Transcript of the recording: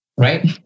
Right